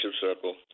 Circle